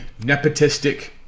nepotistic